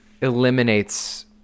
eliminates